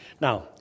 Now